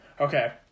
Okay